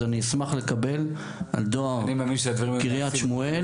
אני אשמח לקבל את זה על דואר קריית שמואל.